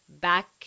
back